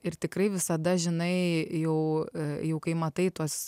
ir tikrai visada žinai jau jau kai matai tuos